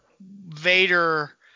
Vader